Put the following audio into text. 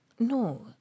No